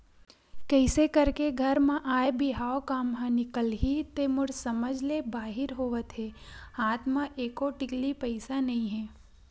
कइसे करके घर म आय बिहाव काम ह निकलही ते मोर समझ ले बाहिर होवत हे हात म एको टिकली पइसा नइ हे